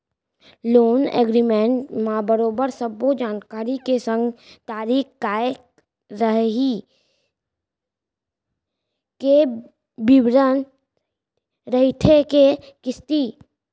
loan agreement म बरोबर सब्बो जानकारी के संग तारीख काय रइही के बिबरन रहिथे के किस्ती